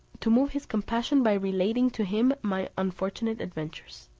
to move his compassion by relating to him my unfortunate adventures.